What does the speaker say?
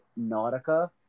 Nautica